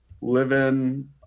living